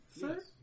sir